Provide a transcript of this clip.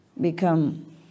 become